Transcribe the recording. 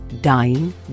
dying